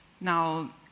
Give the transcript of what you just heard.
Now